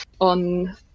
on